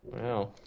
wow